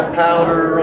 powder